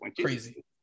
crazy